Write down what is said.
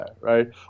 right